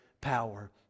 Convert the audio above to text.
power